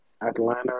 Atlanta